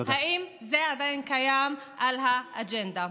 האם זה עדיין קיים על האג'נדה?